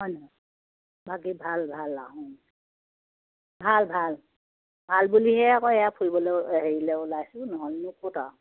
হয় নহয় বাকী ভাল ভাল আহোঁ ভাল ভাল ভাল বুলিহে আকৌ এয়া ফুৰিবলৈ হেৰিলে ওলাইছোঁ নহ'লে নে ক'ত আৰু